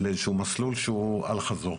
לאיזה שהוא מסלול שהוא אל חזור.